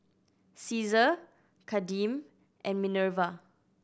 Caesar Kadeem and Minerva